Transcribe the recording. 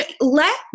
let